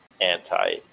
Anti